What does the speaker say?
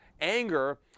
anger